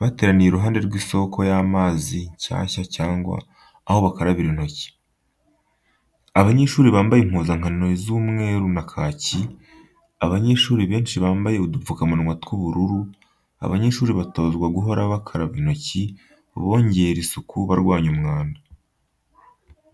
bateraniye iruhande rw'isoko y'amazi nshyashya cyangwa aho bakarabira intoki. Abanyeshuri bambaye impuzankano z'umweru na kaki, abanyeshuri benshi bambaye udupfukamunwa tw'ubururu, abanyeshuri batozwa guhora bakaraba intoki, bongera isuku, barwanya umwanda.